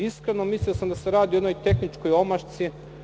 Iskreno, mislio sam da se radi o jednoj tehničkoj omašci.